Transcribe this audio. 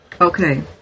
Okay